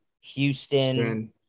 Houston